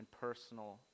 personal